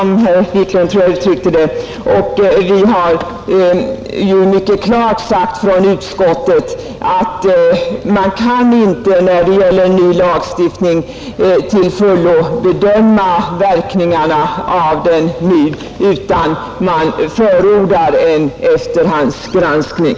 Utskottet har dessutom mycket klart uttalat att man när det gäller en ny lagstiftning inte nu till fullo kan bedöma verkningarna utan förordar en efterhandsgranskning.